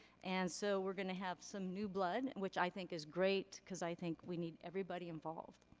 and so, we're gonna have some new blood, which i think is great, because i think we need everybody involved.